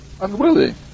unwilling